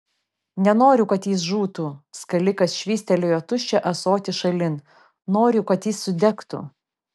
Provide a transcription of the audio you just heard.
nenoriu kad jis žūtų skalikas švystelėjo tuščią ąsotį šalin noriu kad jis sudegtų